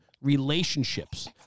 relationships